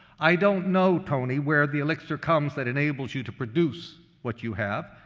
i don't know, tony, where the elixir comes that enables you to produce what you have,